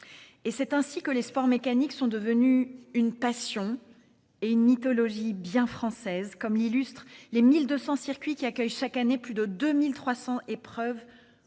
Et c'est ainsi que les sports mécaniques sont devenus une passion et une mythologie bien française, comme l'illustrent les 1200 circuits qui accueillent chaque année plus de 2300 épreuves